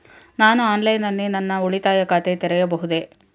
ನಾನು ಆನ್ಲೈನ್ ನಲ್ಲಿ ನನ್ನ ಉಳಿತಾಯ ಖಾತೆ ತೆರೆಯಬಹುದೇ?